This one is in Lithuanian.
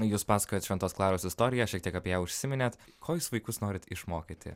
jūs pasakojot šventos klaros istoriją šiek tiek apie užsiminėt ko jūs vaikus norit išmokyti